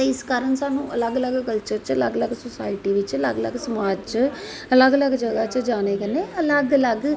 ते इस कारण स्हानू अलग अलग कल्चर च अलग अलग सोसाईटी च अलग अलग समाज़ च अलग अलग जगाह् च जानें कन्नैं अलग अलग